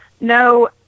No